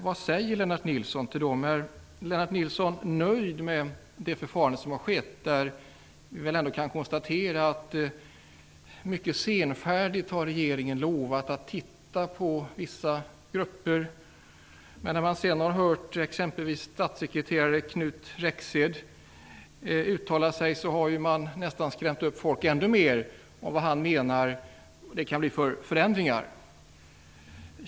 Vad säger Lennart Nilsson till dem? Är Lennart Nilsson nöjd med handläggningen av den frågan? Regeringen har ju mycket senfärdigt lovat att titta närmare på utfallet för vissa grupper, men sedan har exempelvis statssekreterare Knut Rexed genom sina uttalanden om vad det kan bli för förändringar skrämt upp folk ännu mer.